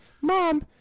mom